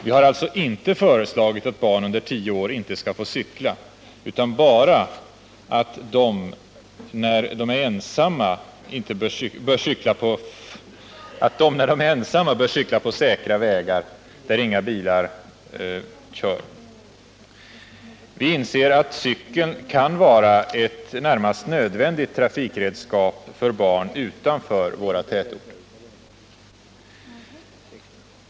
Vi har alltså inte föreslagit att barn under tio år inte skall få cykla utan bara att de, när de är ensamma, bör cykla på säkra vägar, där inga bilar kör. Vi inser att cykeln kan vara ett närmast nödvändigt trafikredskap för barn utanför våra tätorter.